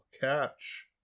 catch